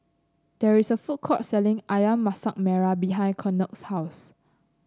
there is a food court selling ayam Masak Merah behind Kennard's house